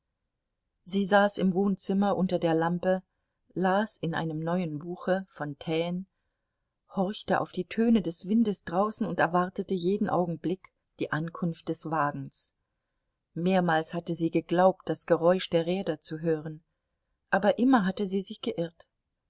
sie saß im wohnzimmer unter der lampe las in einem neuen buche von taine horchte auf die töne des windes draußen und erwartete jeden augenblick die ankunft des wagens mehrmals hatte sie geglaubt das geräusch der räder zu hören aber immer hatte sie sich geirrt